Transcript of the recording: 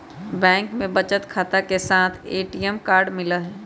bank में बचत खाता के साथ ए.टी.एम कार्ड मिला हई